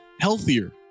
healthier